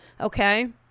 Okay